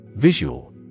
Visual